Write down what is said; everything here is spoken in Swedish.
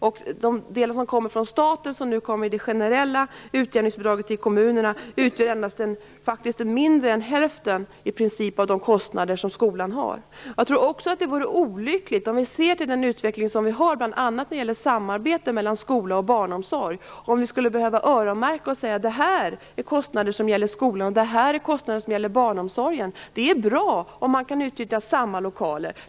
De medel som kommer från staten i det generella utjämningsbidraget till kommunerna utgör mindre än hälften av de kostnader som skolan har. När det gäller den utveckling vi har, bl.a. när det gäller samarbete mellan skola och barnomsorg, tror jag att det vore olyckligt om vi skulle behöva öronmärka och säga: Det här är kostnader som gäller skolan och det där är kostnader som gäller barnomsorgen. Det är bra om man kan utnyttja samma lokaler.